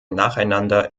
nacheinander